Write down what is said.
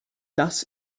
das